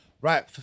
Right